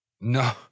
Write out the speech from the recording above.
No